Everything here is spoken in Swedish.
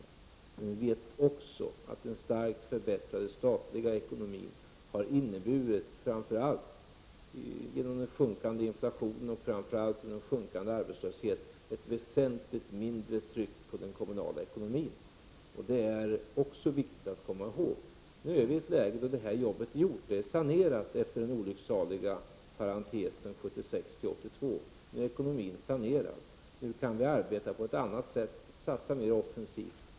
Vi vet också att den starkt förbättrade statliga ekonomin genom den sjunkande inflationen och den minskande arbetslösheten har inneburit ett väsentligt mindre tryck på den kommunala ekonomin. Detta är också viktigt att komma ihåg. Vi är nu i ett läge då detta arbete är gjort. Det är sanerat efter den olycksaliga parentesen 1976-1982. Nu är ekonomin sanerad, och vi kan arbeta på ett annat sätt och satsa mer offensivt.